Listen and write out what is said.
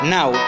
Now